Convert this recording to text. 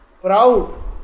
proud